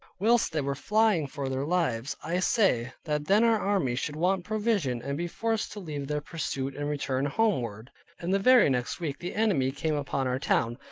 whilst they were flying for their lives. i say, that then our army should want provision, and be forced to leave their pursuit and return homeward and the very next week the enemy came upon our town,